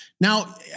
Now